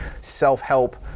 self-help